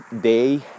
day